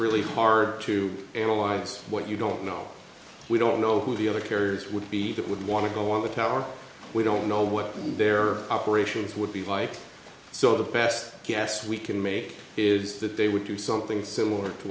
really hard to analyze what you don't know we don't know who the other carriers would be that would want to go on with our we don't know what their operations would be like so the past guess we can make is that they would do something similar to